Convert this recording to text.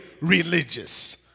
religious